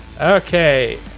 okay